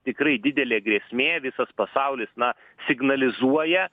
tikrai didelė grėsmė visas pasaulis na signalizuoja